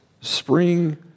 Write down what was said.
spring